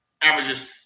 averages